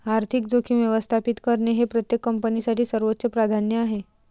आर्थिक जोखीम व्यवस्थापित करणे हे प्रत्येक कंपनीसाठी सर्वोच्च प्राधान्य आहे